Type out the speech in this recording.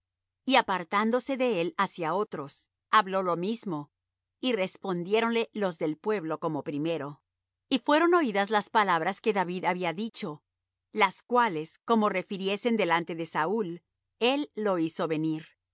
y apartándose de él hacia otros habló lo mismo y respondiéronle los del pueblo como primero y fueron oídas las palabras que david había dicho las cuales como refiriesen delante de saúl él lo hizo venir y